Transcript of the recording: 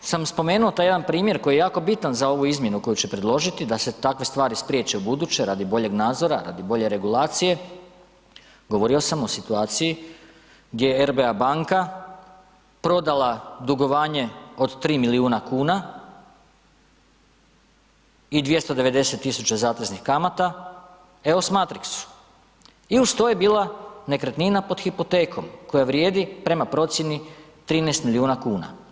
sam spomenuo taj jedan primjer koji je bitan za ovu izmjenu koju će predložiti, da se takve stvari spriječe ubuduće radi boljeg nadzora, radi bolje regulacije, govorio sam o situaciji gdje je RBA banka prodala dugovanje od 3 milijuna kuna i 290 000 zateznih kamata EOS Matrixu i uz to je bila nekretnina pod hipotekom koja vrijedi prema procjeni 13 milijuna kuna.